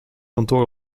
kantoor